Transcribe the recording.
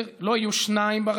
לא יהיו שניים.